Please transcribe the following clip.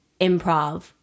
improv